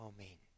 Amen